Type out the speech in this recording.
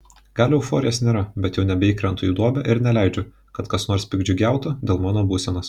gal euforijos nėra bet jau nebeįkrentu į duobę ir neleidžiu kad kas nors piktdžiugiautų dėl mano būsenos